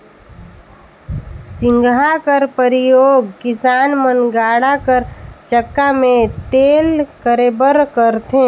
सिगहा कर परियोग किसान मन गाड़ा कर चक्का मे तेल करे बर करथे